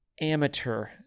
amateur